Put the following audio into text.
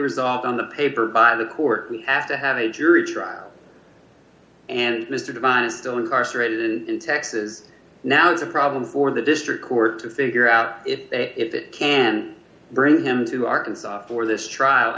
resolved on the paper by the court we have to have a jury trial and the divine still incarcerated in texas now is the problem for the district court to figure out if they can bring him to arkansas for this trial